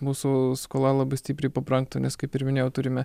mūsų skola labai stipriai pabrangtų nes kaip ir minėjau turime